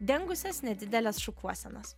dengusias nedideles šukuosenas